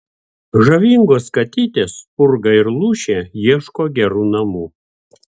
žavingos katytės spurga ir lūšė ieško gerų namų